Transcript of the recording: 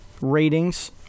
ratings